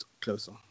closer